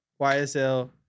YSL